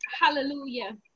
Hallelujah